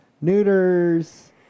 Neuters